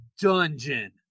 dungeon